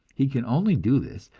he can only do this,